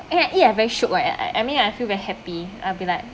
eh it ya very shiok [what] I I I mean I feel very happy I'll be like